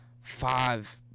five